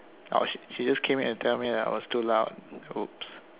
oh sh~ she just came in and tell me I was too loud oops